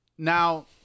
Now